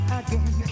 again